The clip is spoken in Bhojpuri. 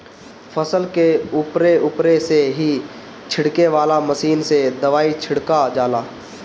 फसल के उपरे उपरे से ही छिड़के वाला मशीन से दवाई छिड़का जाला